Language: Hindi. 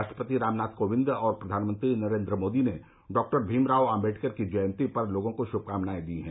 राष्ट्रपति रामनाथ कोविंद और प्रधानमंत्री नरेन्द्र मोदी ने डाक्टर भीमराव आम्बेड़कर की जयंती पर लोगों को श्भकामनाएं दी हैं